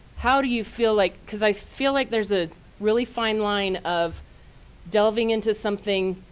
how do you feel like because i feel like there's a really fine line of delving into something